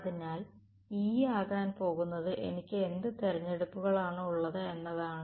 അതിനാൽ E ആകാൻ പോകുന്നത്എനിക്ക് എന്ത് തിരഞ്ഞെടുപ്പുകളാണ് ഉള്ളത് എന്നതാണ്